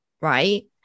right